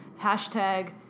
hashtag